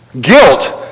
Guilt